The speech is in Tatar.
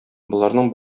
боларның